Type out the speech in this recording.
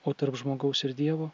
o tarp žmogaus ir dievo